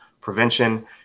prevention